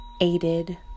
aided